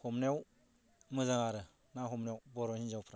हमनायाव मोजां आरो ना हमनायाव बर' हिन्जावफ्रा